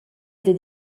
dad